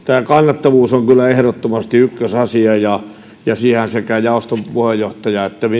tämä kannattavuus on kyllä ehdottomasti ykkösasia ja siihenhän sekä jaoston puheenjohtaja